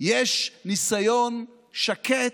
יש ניסיון שקט,